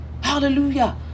Hallelujah